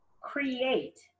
create